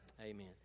Amen